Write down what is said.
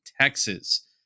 Texas